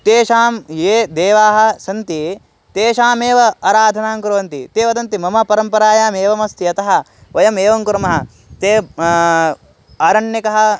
तेषां ये देवाः सन्ति तेषामेव अराधनां कुर्वन्ति ते वदन्ति मम परम्परायाम् एवमस्ति अतः वयम् एवं कुर्मः ते आरण्यकः